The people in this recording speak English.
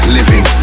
living